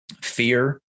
fear